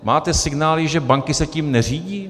Máte signály, že banky se tím neřídí?